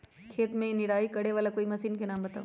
खेत मे निराई करे वाला कोई मशीन के नाम बताऊ?